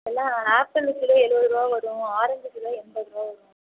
இப்போல்லாம் apple kilo எழுபதுருவா வரும் ஆரேஞ்ச் கிலோ எண்பதுருவா வரும்